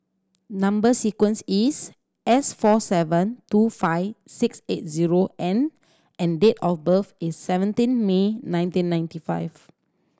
number sequence is S four seven two five six eight zero N and date of birth is seventeen May nineteen ninety five